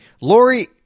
Lori